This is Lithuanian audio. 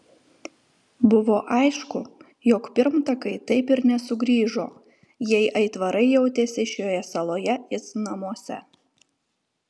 buvo aišku jog pirmtakai taip ir nesugrįžo jei aitvarai jautėsi šioje saloje it namuose